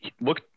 look